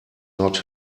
not